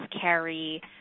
carry